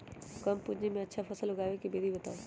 कम पूंजी में अच्छा फसल उगाबे के विधि बताउ?